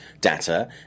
data